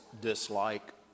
dislike